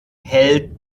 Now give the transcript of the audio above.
held